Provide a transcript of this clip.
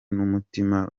n’umutima